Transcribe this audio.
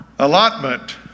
Allotment